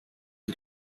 die